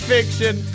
Fiction